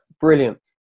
brilliant